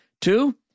Two